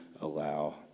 allow